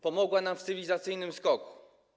Pomogła nam w cywilizacyjnym skoku.